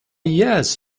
yes